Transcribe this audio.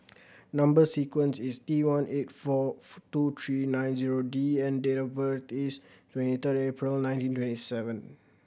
number sequence is T one eight four two three nine zero D and date of birth is twenty third April nineteen twenty seven